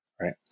right